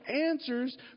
answers